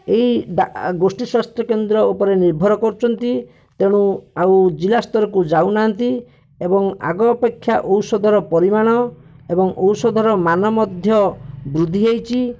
ଏହି ଗୋଷ୍ଠୀସ୍ବାସ୍ଥ୍ୟ କେନ୍ଦ୍ର ଉପରେ ନିର୍ଭର କରନ୍ତି ତେଣୁ ଆଉ ଜିଲ୍ଲା ସ୍ତରକୁ ଯାଉନାହାନ୍ତି ଏବଂ ଆଗ ଅପେକ୍ଷା ଔଷଧର ପରିମାଣ ଏବଂ ଔଷଧର ମାନ ମଧ୍ୟ ବୃଦ୍ଧି ହୋଇଛି